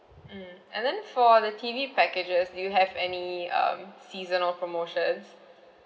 mm and then for the T_V packages do you have any um seasonal promotions